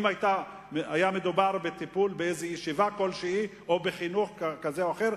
אם היה מדובר בטיפול בישיבה כלשהי או בחינוך כזה או אחר,